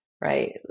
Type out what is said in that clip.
right